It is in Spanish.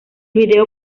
video